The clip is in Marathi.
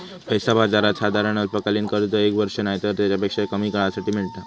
पैसा बाजारात साधारण अल्पकालीन कर्ज एक वर्ष नायतर तेच्यापेक्षा कमी काळासाठी मेळता